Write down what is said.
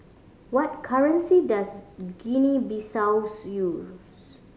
what currency does Guinea Bissaus use